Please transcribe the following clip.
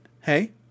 hey